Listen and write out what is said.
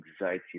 anxiety